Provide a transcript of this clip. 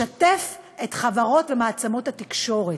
לשתף את חברות ומעצמות התקשורת.